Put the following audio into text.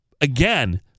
again